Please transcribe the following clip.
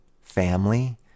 family